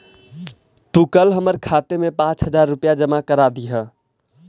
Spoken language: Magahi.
तू कल हमर खाते में पाँच हजार रुपए जमा करा दियह